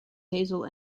hazel